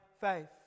faith